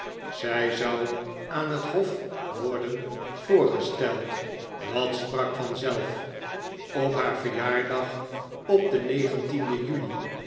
zij zou aan het hof worden voorgesteld dat sprak vanzelf op haar verjaardag op den negentienden juli